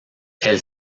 elle